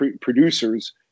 producers